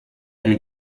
and